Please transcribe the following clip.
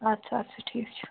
اَدٕ سا اَدٕ سا ٹھیٖک چھُ